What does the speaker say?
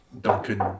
Duncan